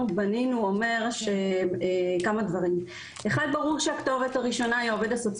בנינו אומר כמה דברים: 1) ברור שהכתובת הראשונה היא העו"ס.